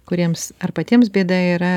kuriems ar patiems bėda yra